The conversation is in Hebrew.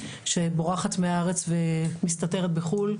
שבורחת מהארץ ומסתתרת בחו"ל.